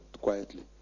quietly